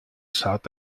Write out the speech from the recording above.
south